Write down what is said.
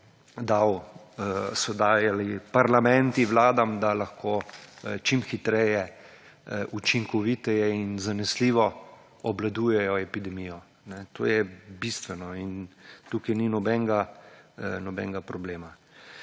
dajali parlamenti Vladam, da lahko čim hitreje učinkoviteje in zanesljivo obvladujejo epidemijo to je bistveno in tukaj ni nobenega problema.